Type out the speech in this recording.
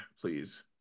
please